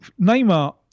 Neymar